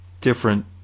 different